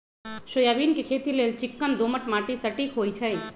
soybean के खेती लेल चिक्कन दोमट माटि सटिक होइ छइ